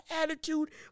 attitude